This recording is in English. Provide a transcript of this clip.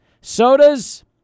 Sodas